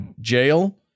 jail